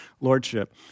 lordship